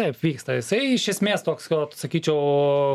taip vyksta jisai iš esmės toks sakyčiau